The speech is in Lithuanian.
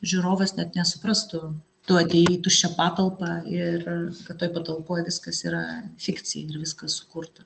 žiūrovas net nesuprastų tu atėjai į tuščią patalpą ir kad toj patalpoj viskas yra fikcija ir viskas sukurta